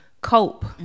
cope